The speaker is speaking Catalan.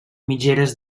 mitgeres